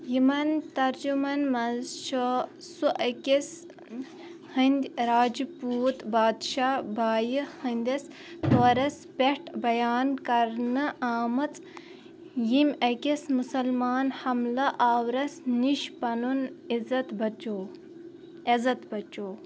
یِمَن ترجُمَن منٛز چھُ سُہ أکِس ہٕنٛدۍ راجپوٗت بادشاہ بایہِ ہٕنٛدِس تورس پٮ۪ٹھ بیان کرنہٕ آمٕژ ییٚمۍ أکِس مُسلمان حملہٕ آورَس نِش پنُن عزت بچیو عزت بچیو